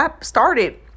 started